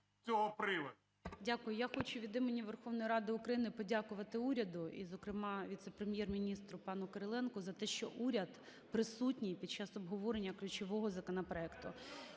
Дякую. Я хочу від імені Верховної Ради України подякувати уряду і зокрема віце-прем'єр-міністру пану Кириленку за те, що уряд присутній під час обговорення ключового законопроекту.